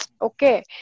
Okay